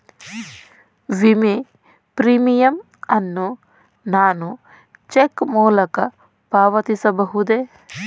ವಿಮೆ ಪ್ರೀಮಿಯಂ ಅನ್ನು ನಾನು ಚೆಕ್ ಮೂಲಕ ಪಾವತಿಸಬಹುದೇ?